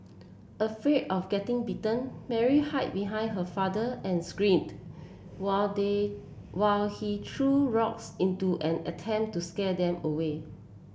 afraid of getting bitten Mary hid behind her father and screamed while they while he threw rocks into an attempt to scare them away